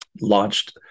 launched